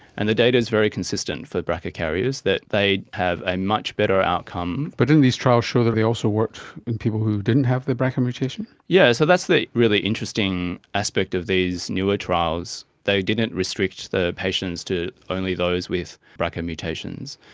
and the data is very consistent for brca carriers, that they have a much better outcome. but didn't these trials show that they also worked in people who didn't have the brca mutation? yes, so that's the really interesting aspect of these newer trials, they didn't restrict the patients to only those with brca mutations.